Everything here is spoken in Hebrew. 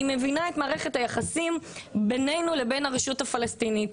אני מבינה את מערכת היחסים בינינו לבין הרשות הפלסטינית.